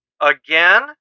again